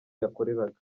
yakoreraga